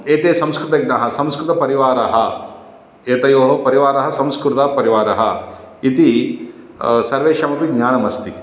एते संस्कृतज्ञाः संस्कृतपरिवारः एतयोः परिवारः संस्कृतपरिवारः इति सर्वेषामपि ज्ञानमस्ति